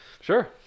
Sure